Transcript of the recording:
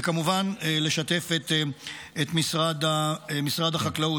וכמובן לשתף את משרד החקלאות.